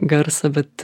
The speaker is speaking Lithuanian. garsą bet